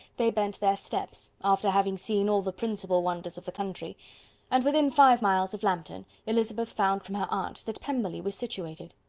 they bent their steps, after having seen all the principal wonders of the country and within five miles of lambton, elizabeth found from her aunt that pemberley was situated.